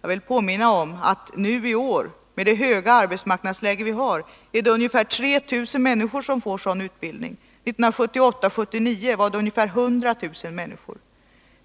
Jag vill påminna om att det i år, trots det svåra arbetsmarknadsläget, är ungefär 3 000 människor som får sådan utbildning. 1978/79 var det ungefär 100 000 människor.